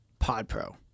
PodPro